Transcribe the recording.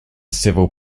civil